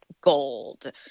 gold